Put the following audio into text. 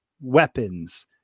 weapons